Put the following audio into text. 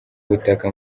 butaka